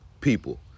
people